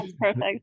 perfect